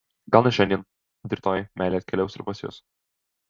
gal ne šiandien bet rytoj meilė atkeliaus ir pas jus